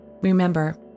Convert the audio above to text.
Remember